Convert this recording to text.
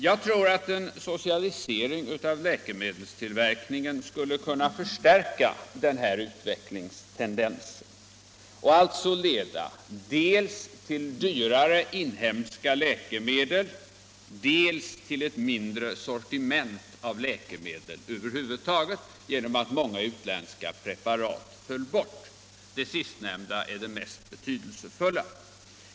Jag tror att en socialisering av läkemedelstillverkningen skulle kunna förstärka den här utvecklingstendensen och alltså leda dels till dyrare inhemska läkemedel, dels till ett mindre sortiment av läkemedel över huvud taget genom att många utländska preparat föll bort. Det sistnämnda är det mest betydelsefulla.